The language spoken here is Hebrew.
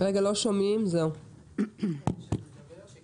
אזכיר שבאזור בקרת פליטה צריך לעבור דלק,